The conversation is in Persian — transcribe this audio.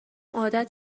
عادت